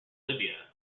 libya